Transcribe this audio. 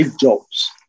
jobs